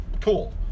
Cool